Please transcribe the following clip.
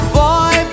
boy